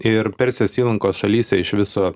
ir persijos įlankos šalyse iš viso